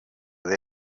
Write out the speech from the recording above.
with